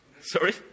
Sorry